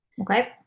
Okay